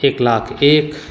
एक लाख एक